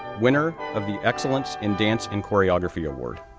winner of the excellence in dance and choreography award,